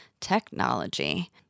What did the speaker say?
Technology